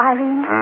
Irene